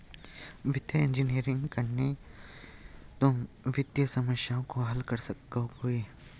वित्तीय इंजीनियरिंग करके तुम वित्तीय समस्याओं को हल कर सकोगे